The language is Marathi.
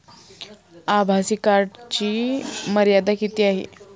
आभासी कार्डची मर्यादा किती आहे?